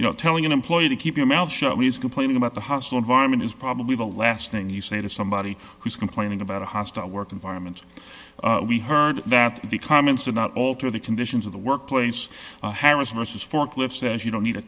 you know telling an employee to keep your mouth shut when he's complaining about the hostile environment is probably the last thing you say to somebody who's complaining about a hostile work environment we heard that the comments are not alter the conditions of the workplace harris vs forklifts says you don't need a